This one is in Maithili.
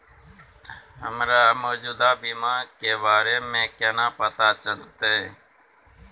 हमरा मौजूदा बीमा के बारे में केना पता चलते?